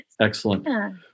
Excellent